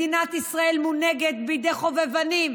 מדינת ישראל מונהגת בידי חובבנים,